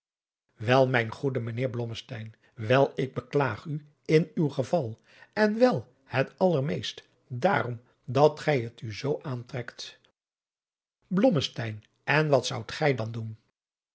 wel mijn goede mijnheer blommesteyn wel ik beklaag u in uw geval en wel het allermeest daarom dat gij het u zoo aantrekt blommesteyn en wat zoudt gij dan doen